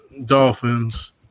Dolphins